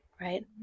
right